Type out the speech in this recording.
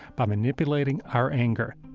by manipulating our anger